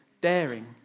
daring